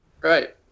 Right